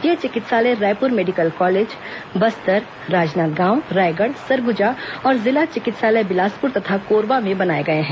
ये चिकित्सालय Raipur medical college Bastar Rajnandgaon Raigarh Surguja और जिला चिकित्सालय बिलासपुर तथा कोरबा में बनाए गए हैं